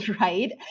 right